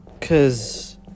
Cause